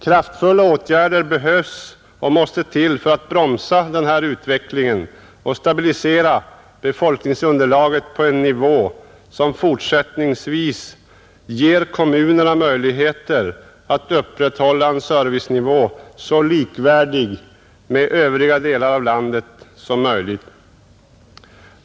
Kraftfulla åtgärder måste till för att bromsa denna utveckling och stabilisera befolkningsunderlaget på en nivå som fortsättningsvis ger kommunerna möjlighet att upprätthålla en servicenivå så likvärdig med övriga delar av landet som möjligt.